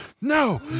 No